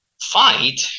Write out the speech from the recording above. fight